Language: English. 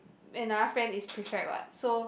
another friend is prefect what so